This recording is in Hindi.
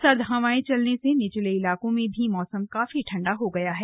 सर्द हवाएं चलने से निचले इलाकों में भी मौसम काफी ठंडा हो गया है